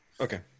Okay